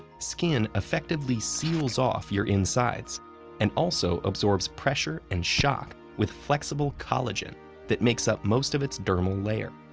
skin effectively seals off your insides and also absorbs pressure and shock with flexible collagen that makes up most of its dermal layer.